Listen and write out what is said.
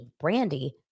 Brandy